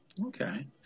Okay